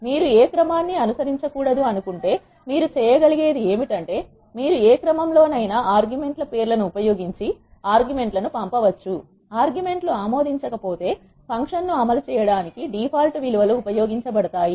మీరు ఏ క్రమాన్ని అనుసరించకూడదు అనుకుంటే మీరు చేయగలిగేది ఏమిటంటే మీరు ఏ క్రమం లో నైనా ఆర్గుమెంట్ ల పేర్లను ఉపయోగించి ఆర్గ్యుమెంట్ లను పంపవచ్చు ఆర్గ్యుమెంట్ లు ఆమోదించకపోతే ఫంక్షన్ ను అమలు చేయడానికి డిఫాల్ట్ విలువ లు ఉపయోగించబడతాయి